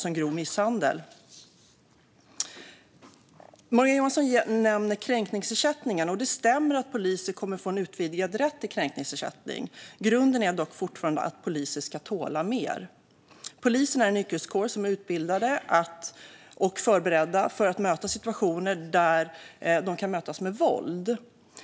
Morgan Johansson nämner kränkningsersättningen. Det stämmer att poliser kommer att få en utvidgad rätt till kränkningsersättning. Grunden är dock fortfarande att poliser ska tåla mer. Polisen är en yrkeskår som är utbildad och förberedd för situationer där de kan mötas med våld.